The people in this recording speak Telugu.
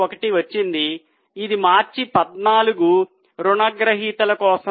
51 వచ్చింది ఇది మార్చి 14 రుణగ్రహీతల కోసం